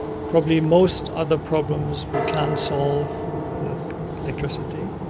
probably most other problems we can solve with electricity.